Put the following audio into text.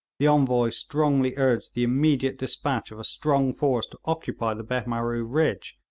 the envoy strongly urged the immediate despatch of a strong force to occupy the behmaroo ridge,